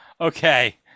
Okay